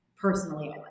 personally